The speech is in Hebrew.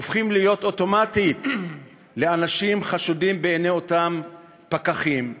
הופכים להיות אוטומטית לאנשים חשודים בעיני אותם פקחים,